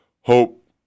hope